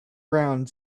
around